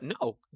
no